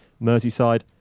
Merseyside